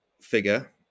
figure